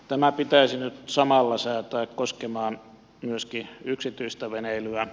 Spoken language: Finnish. tämä pitäisi nyt samalla säätää koskemaan myöskin yksityistä veneilyä